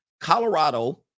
Colorado